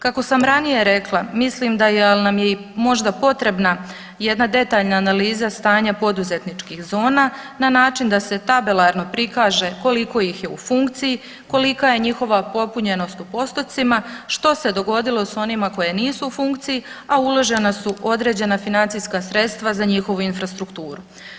Kako sam ranije rekla, mislim da, al' nam je i možda potrebna jedna detaljna analiza stanja poduzetničkih zona na način da se tabelarno prikaže koliko ih je u funkciji, kolika je njihova popunjenost u postotcima, što se dogodilo s onima koje nisu u funkciji, a uložena su određena financijska sredstva za njihovu infrastrukturu.